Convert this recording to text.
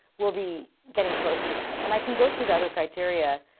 we'll be getting close to that. and i can go through the other criteria